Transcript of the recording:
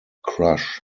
crush